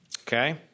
Okay